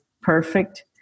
perfect